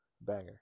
Banger